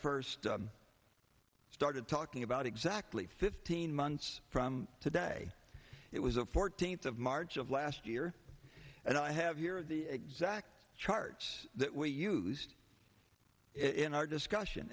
first started talking about exactly fifteen months from today it was a fourteenth of march of last year and i have here the exact charts that we used in our discussion